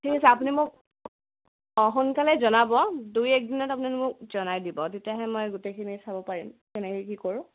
ঠিক আছে আপুনি মোক অঁ সোনকালে জনাব দুই এদিনত আপুনি মোক জনাই দিব তেতিয়াহে মই গোটেইখিনি চাব পাৰিম কেনেকৈ কি কৰোঁ